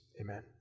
Amen